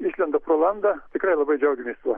išlenda pro landą tikrai labai džiaugiamės tuo